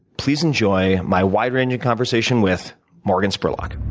please enjoy my wide ranging conversation with morgan spurlock.